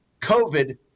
COVID